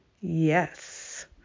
yes